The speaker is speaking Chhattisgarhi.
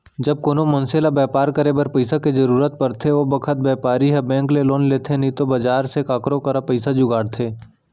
जब कोनों मनसे ल बैपार करे बर पइसा के जरूरत परथे ओ बखत बैपारी ह बेंक ले लोन लेथे नइतो बजार से काकरो करा पइसा जुगाड़थे